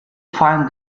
find